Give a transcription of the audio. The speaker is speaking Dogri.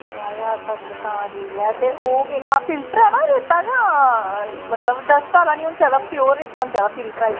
त्रै ज्हार तगर ओह् आक्खदे फिल्टर ऐ ना रेता ते डस्ट आह्ला निं होना चाहिदा प्योर होना चाहिदा फिल्टर आह्ला